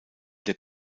der